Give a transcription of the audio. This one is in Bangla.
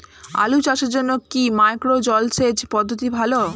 আলু চাষের জন্য কি মাইক্রো জলসেচ পদ্ধতি ভালো?